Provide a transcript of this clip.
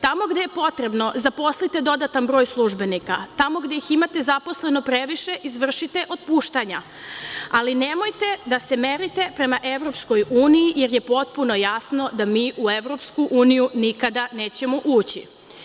Tamo gde je potrebno, zaposlite dodatni broj službenika, a tamo gde ih imate zaposlenih previše, izvršite otpuštanja, ali nemojte da se merite prema EU, jer je potpuno jasno da mi u EU nikada nećemo ući.